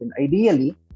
Ideally